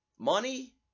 money